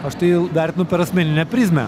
aš tai vertinu per asmeninę prizmę